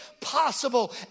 possible